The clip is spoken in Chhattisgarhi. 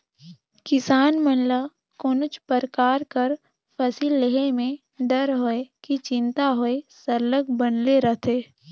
किसान मन ल कोनोच परकार कर फसिल लेहे में डर होए कि चिंता होए सरलग बनले रहथे